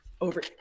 over